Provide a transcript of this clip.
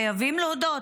חייבים להודות,